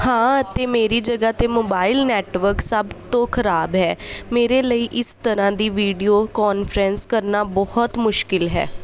ਹਾਂ ਅਤੇ ਮੇਰੀ ਜਗ੍ਹਾ 'ਤੇ ਮੋਬਾਈਲ ਨੈਟਵਰਕ ਸਭ ਤੋਂ ਖਰਾਬ ਹੈ ਮੇਰੇ ਲਈ ਇਸ ਤਰ੍ਹਾਂ ਦੀ ਵੀਡੀਓ ਕਾਨਫਰੰਸ ਕਰਨਾ ਬਹੁਤ ਮੁਸ਼ਕਲ ਹੈ